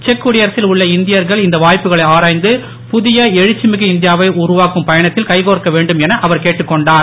check குடியரசில் உள்ள இந்தியர்கள் இந்த வாய்ப்புகளை ஆராய்ந்து புதிய எழுச்சிமிகு இந்தியாவை உருவாக்கம் பயணத்தில் கைகோர்க்க வேண்டும் என அவர் கேட்டுக் கொண்டார்